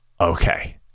okay